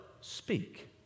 Speak